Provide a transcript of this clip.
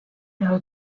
know